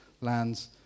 lands